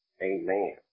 Amen